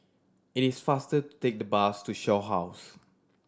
it is faster to take the bus to Shaw House